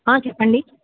చెప్పండి